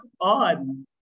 on